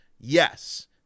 Yes